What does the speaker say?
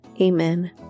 Amen